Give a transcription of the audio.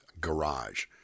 garage